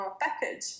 package